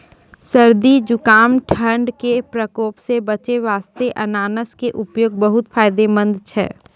सर्दी, जुकाम, ठंड के प्रकोप सॅ बचै वास्तॅ अनानस के उपयोग बहुत फायदेमंद छै